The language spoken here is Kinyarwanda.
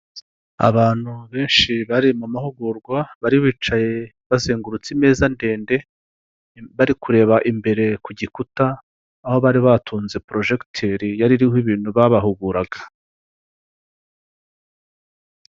Abantu benshi bari mu mahugurwa bari bicaye bazengurutse imeza ndende bari kureba imbere ku gikuta aho bari batunze porojegiteri yari iriho ibintu babahuguraga.